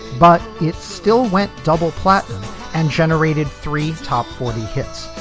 but it still went double platinum and generated three top forty hits.